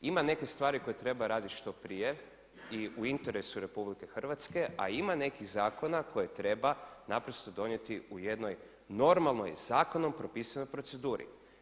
Ima nekih stvari koje treba raditi što prije i u interesu je RH, a ima nekih zakona koje treba naprosto donijeti u jednoj normalnoj zakonom propisanoj proceduri.